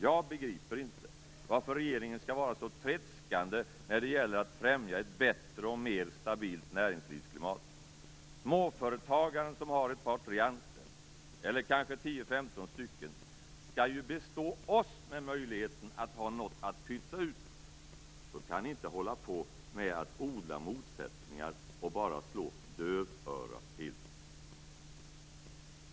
Jag begriper inte varför regeringen skall vara så tredskande när det gäller att främja ett bättre och mer stabilt näringslivsklimat. Småföretagaren som har ett par tre anställda eller kanske 10-15 stycken skall ju bestå oss med möjligheten att ha något att pytsa ut. Då kan ni inte hålla på med att odla motsättningar och bara slå dövörat till.